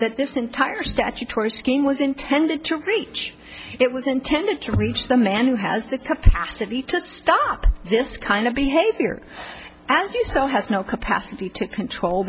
that this entire statutory scheme was intended to reach it was intended to reach the man who has the capacity to stop this kind of behavior as you so has no capacity to control